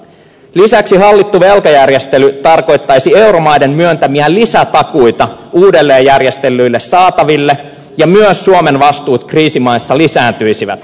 lisäksi hallittu velkajärjestely tarkoittaisi euromaiden myöntämiä lisätakuita uudelleen järjestellyille saataville ja myös suomen vastuut kriisimaissa lisääntyisivät